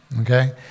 Okay